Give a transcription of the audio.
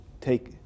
take